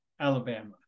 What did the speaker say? Alabama